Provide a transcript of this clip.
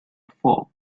fall